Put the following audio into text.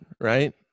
right